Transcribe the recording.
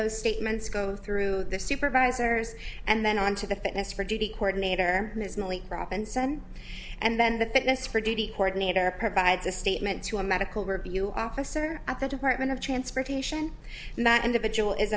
those statements go through the supervisors and then on to the fitness for duty ordinator robinson and then the fitness for duty ordinator provides a statement to a medical review officer at the department of transportation and that individual